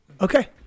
Okay